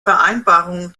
vereinbarungen